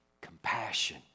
compassion